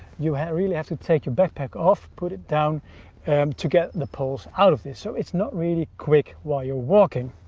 you really have to take your backpack off, put it down and to get the poles out of this, so it's not really quick while you're walking.